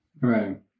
Right